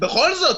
בכל זאת,